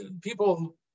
People